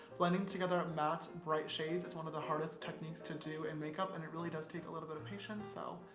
blending together matte bright shades is one of the hardest techniques to do in makeup, and it really does take a little bit of patience, so.